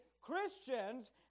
Christians